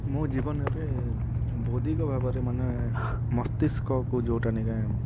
ମୋ ଜୀବନରେ ବୌଦ୍ଧିକ ଭାବରେ ମାନେ ମସ୍ତିଷ୍କକୁ ଯେଉଁଟା ନେଇକେ